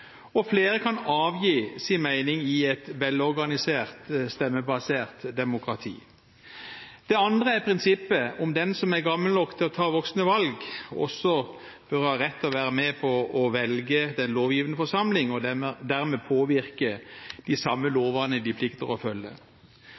og flere kan avgi sin mening i et velorganisert, stemmebasert demokrati. Det andre er prinsippet om at den som er gammel nok til å ta voksne valg, også bør ha rett til å være med på å velge den lovgivende forsamling og dermed påvirke de samme